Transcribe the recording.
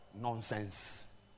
nonsense